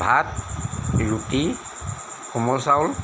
ভাত ৰুটি কোমল চাউল